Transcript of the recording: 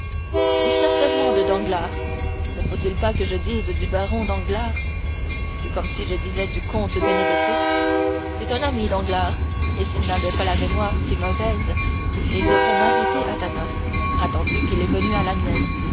et certainement de danglars ne faut-il pas que je dise du baron danglars c'est comme si je disais du comte benedetto c'était un ami danglars et s'il n'avait pas la mémoire si mauvaise il devrait m'inviter à ta noce attendu qu'il est venu à la mienne